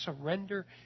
surrender